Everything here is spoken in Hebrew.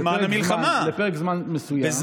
לפרק זמן מסוים,